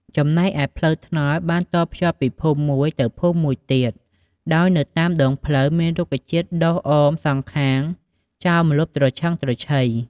ចំណែកឯផ្លូវថ្នល់បានតភ្ជាប់ពីភូមិមួយទៅភូមិមួយទៀត ដោយនៅតាមដងផ្លូវមានរុក្ខជាតិដុះអម សងខាងចោលម្លប់ត្រឈឹងត្រឈៃ។